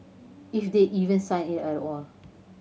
if they even sign it at all